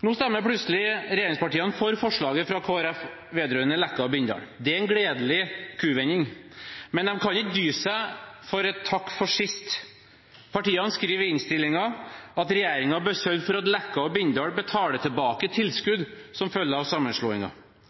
Nå stemmer plutselig regjeringspartiene for forslaget fra Kristelig Folkeparti vedrørende Leka og Bindal. Det er en gledelig kuvending. Men de kan ikke dy seg for et takk for sist: Partiene skriver i innstillingen at regjeringen bør sørge for at Leka og Bindal betaler tilbake tilskudd som følger av